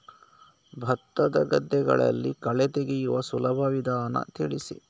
ಭತ್ತದ ಗದ್ದೆಗಳಲ್ಲಿ ಕಳೆ ತೆಗೆಯುವ ಸುಲಭ ವಿಧಾನ ತಿಳಿಸಿ?